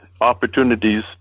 opportunities